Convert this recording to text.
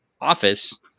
office